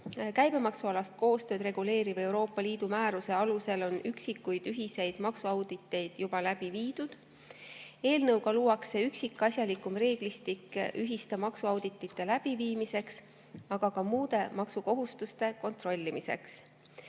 Käibemaksualast koostööd reguleeriva Euroopa Liidu määruse alusel on üksikuid ühiseid maksuauditeid juba läbi viidud. Eelnõuga luuakse üksikasjalikum reeglistik ühiste maksuauditite läbiviimiseks, aga ka muude maksukohustuste [täitmise]